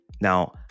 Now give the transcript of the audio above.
Now